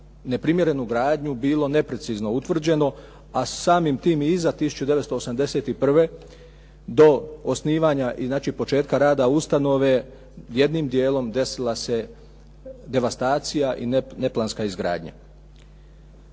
na primjerenu gradnju bilo neprecizno utvrđeno, a samim tim i iza 1981. do osnivanja i znači početka rada ustanove jednim dijelom desila se devastacija i neplanska izgradnja.